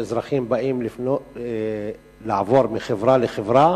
כאשר אזרחים באים לעבור מחברה לחברה,